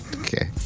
Okay